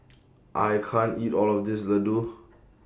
I can't eat All of This Laddu